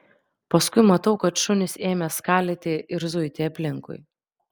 paskui matau kad šunys ėmė skalyti ir zuiti aplinkui